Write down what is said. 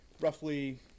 roughly